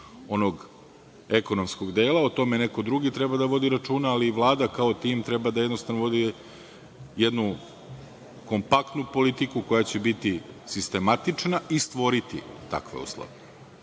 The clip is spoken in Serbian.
onog ekonomskog dela. O tome neko drugi treba da vodi računa. Ali, Vlada kao tim treba da vodi jednu kompaktnu politiku, koja će biti sistematična i stvoriti takve uslove. Mi